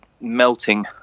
melting